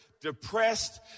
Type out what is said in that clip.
depressed